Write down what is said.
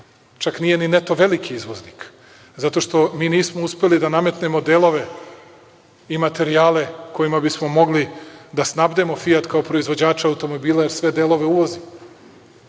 čak nije ni neto veliki izvoznik. Zato što mi nismo uspeli da nametnemo delove i materijale kojima bismo mogli da snabdemo „Fijat“ kao proizvođača automobila, jer sve delove uvozi.